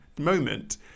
moment